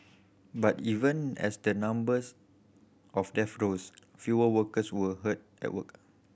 but even as the number of death rose fewer workers were hurt at work